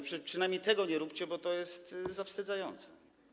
Przynajmniej tego nie róbcie, bo to jest zawstydzające.